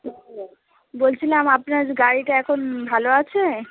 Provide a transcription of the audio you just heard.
বলছিলাম আপনার গাড়িটা এখন ভালো আছে